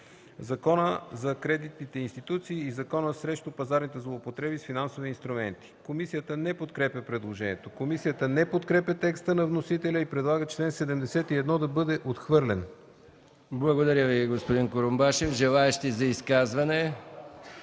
Закона за кредитните институции и Закона срещу пазарните злоупотреби с финансови инструменти.” Комисията не подкрепя предложението. Комисията не подкрепя текста на вносителя и предлага чл. 71 да бъде отхвърлен. ПРЕДСЕДАТЕЛ МИХАИЛ МИКОВ: Желаещи за изказвания?